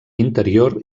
interior